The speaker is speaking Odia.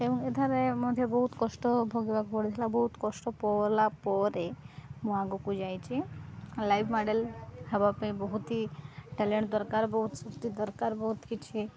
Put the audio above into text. ଏବଂ ଏଠାରେ ମଧ୍ୟ ବହୁତ କଷ୍ଟ ଭୋଗିବାକୁ ପଡ଼ିଥିଲା ବହୁତ କଷ୍ଟ ପଲା ପରେ ମୁଁ ଆଗକୁ ଯାଇଛି ଲାଇଭ୍ ମଡ଼େଲ୍ ହେବା ପାଇଁ ବହୁତ ହିଁ ଟ୍ୟାଲେଣ୍ଟ ଦରକାର ବହୁତ ଶକ୍ତି ଦରକାର ବହୁତ କିଛି